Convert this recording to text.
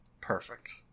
Perfect